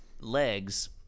legs